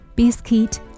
Biscuit